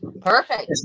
Perfect